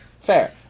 fair